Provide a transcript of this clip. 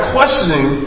Questioning